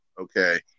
okay